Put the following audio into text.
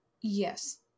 Yes